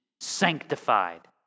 sanctified